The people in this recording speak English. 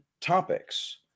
topics